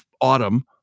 autumn